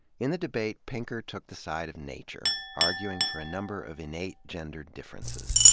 in the debate, pinker took the side of nature, arguing for a number of innate gender differences.